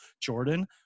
Jordan